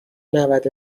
نود